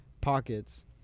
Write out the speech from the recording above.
pockets